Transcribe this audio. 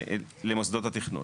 למוסדות התכנון.